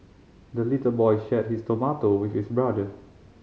the little boy shared his tomato with his brother